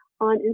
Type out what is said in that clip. on